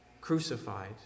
crucified